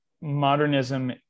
modernism